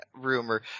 rumor